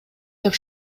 деп